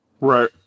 right